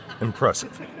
impressive